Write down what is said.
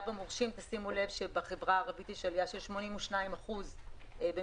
שימו לב שבחברה הערבית יש עלייה של 82% במספר